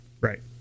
Right